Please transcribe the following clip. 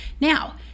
Now